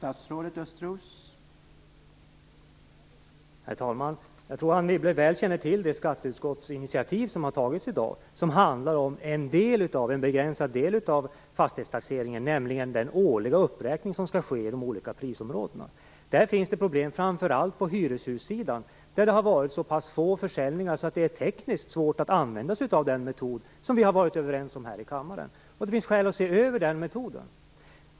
Herr talman! Jag tror Anne Wibble väl känner till det initiativ skatteutskottet har tagit i dag om en begränsad del av fastighetstaxeringen, nämligen den årliga uppräkning som skall ske i de olika prisområdena. Det finns problem framför allt på hyreshusområdet, där det har varit så pass få försäljningar att det är tekniskt svårt att använda sig av den metod som vi har varit överens om här i kammaren. Det finns skäl att se över den metoden.